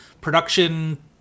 production